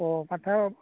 অঁ পাঠা